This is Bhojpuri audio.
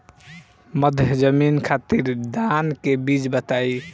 मध्य जमीन खातिर धान के बीज बताई?